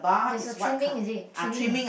there's a trimming is it trimming